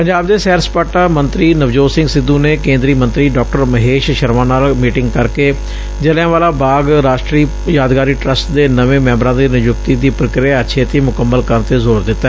ਪੰਜਾਬ ਦੇ ਸੈਰ ਸਪਾਟਾ ਮੰਤਰੀ ਨਵਜੋਤ ਸਿੰਘ ਸਿੱਧੂ ਨੇ ਕੇਂਦਰੀ ਮੰਤਰੀ ਡਾ ਮਹੇਸ਼ ਸ਼ਰਮਾ ਨਾਲ ਮੀਟਿੰਗ ਕਰਕੇ ਜ਼ਲ਼ਿਆਂ ਵਾਲਾ ਬਾਗ ਰਾਸ਼ਟਰੀ ਯਾਦਗਾਰੀ ਟ੍ਸਟ ਦੇ ਨਵੇਂ ਮੈਂਬਰਾਂ ਦੀ ਨਿਯੁਕਤੀ ਦੀ ਪ੍ਰਕ੍ਆ ਛੇਤੀ ਮੁਕੰਮਲ ਕਰਨ ਤੇ ਜ਼ੋਰ ਦਿੱਤਾ